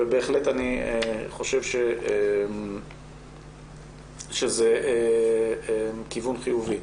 ובהחלט אני חושב שזה כיוון חיובי.